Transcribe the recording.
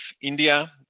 India